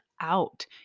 out